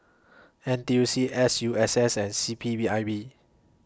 N T U C S U S S and C P B I B